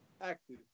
Active